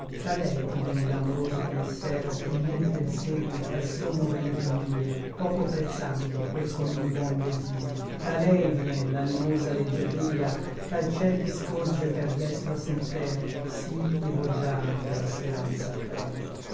da lei ti vèn l'amoroso pensero che mentre l segui al sommo ben t'invia pocho prezando quel ch'ogni huom desia da lei vien l'animosa leggiadria ch'al ciel ti scorge per destro sentero sí ch'i vo già de la speranza altero